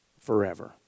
forever